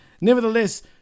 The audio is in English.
nevertheless